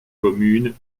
communes